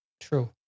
True